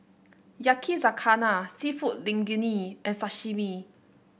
Yakizakana seafood Linguine and Sashimi